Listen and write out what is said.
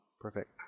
Perfect